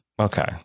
okay